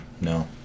No